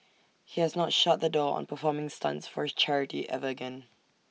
he has not shut the door on performing stunts for charity ever again